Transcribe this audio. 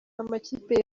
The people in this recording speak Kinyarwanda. amakipe